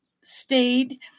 stayed